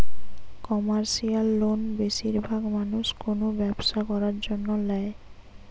commercial loan বেশিরভাগ মানুষ কোনো ব্যবসা করার জন্য ল্যায়